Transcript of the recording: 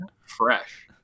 fresh